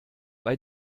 bei